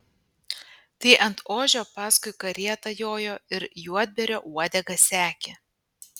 tai ant ožio paskui karietą jojo ir juodbėrio uodegą sekė